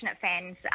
fans